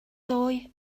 ddoe